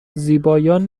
زیبایان